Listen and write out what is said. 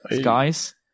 Guys